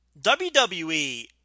WWE